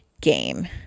game